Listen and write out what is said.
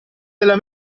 della